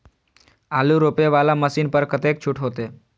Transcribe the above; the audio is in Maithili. आलू रोपे वाला मशीन पर कतेक छूट होते?